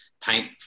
paint